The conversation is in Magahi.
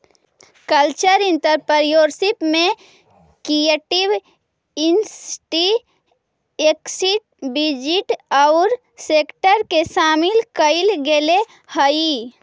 कल्चरल एंटरप्रेन्योरशिप में क्रिएटिव इंडस्ट्री एक्टिविटीज औउर सेक्टर के शामिल कईल गेलई हई